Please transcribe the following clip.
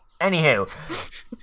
Anywho